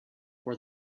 for